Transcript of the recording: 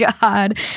God